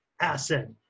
asset